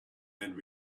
and